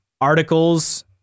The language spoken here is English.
articles